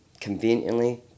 conveniently